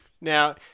Now